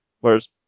whereas